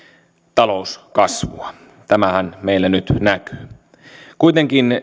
talouskasvua tämähän meillä nyt näkyy kuitenkin